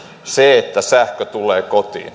se että sähkö tulee